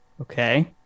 Okay